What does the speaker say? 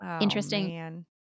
Interesting